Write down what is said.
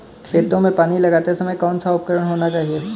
खेतों में पानी लगाते समय कौन सा उपकरण होना चाहिए?